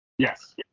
Yes